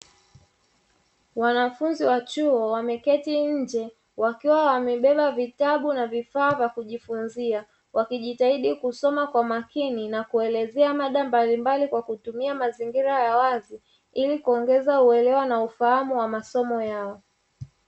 Wanafunzi wa chuo wameketi nje, wakiwa wamebeba vitabu na vifaa vya kujifunzia, wakijitahidi kusoma kwa makini na kuelezea mada mbalimbali kwa kutumia mazingira ya wazi ili kuongeza uelewa na ufahamu wa masomo yao.